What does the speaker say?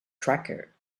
tracker